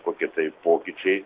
kokie tai pokyčiai